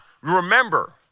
remember